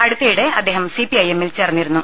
അടുത്തിടെ അദ്ദേഹം സി പി ഐ എമ്മിൽ ചേർന്നിരുന്നു